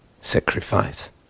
Sacrifice